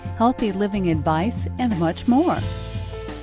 healthy living advice, and much more.